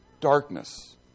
darkness